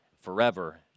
forever